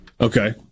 Okay